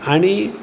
आनी